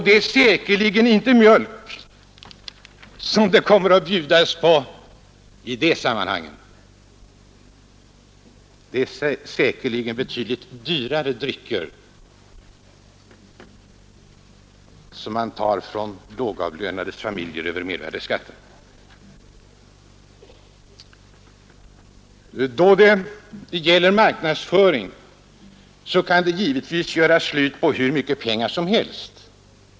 Det är säkerligen inte mjölk som det kommer att bjudas på i dessa sammanhang, utan betydligt dyrare drycker som man bekostar med medel som tas från de lågavlönades familjer över mervärdeskatten. Då det gäller marknadsföring kan det göras slut på hur mycket pengar som helst.